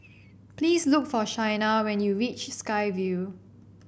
please look for Shaina when you reach Sky Vue